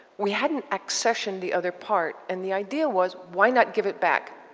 we hadn't accession the other part. and the idea was, why not give it back?